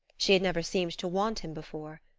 she had never seemed to want him before.